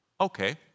okay